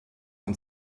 und